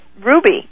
ruby